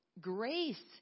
grace